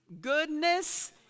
goodness